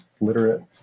literate